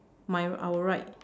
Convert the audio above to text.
my our right